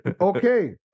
Okay